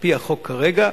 על-פי החוק כרגע,